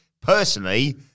Personally